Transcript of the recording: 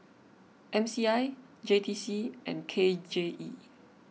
M C I J T C and K J E